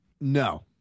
No